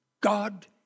God